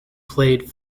played